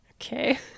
Okay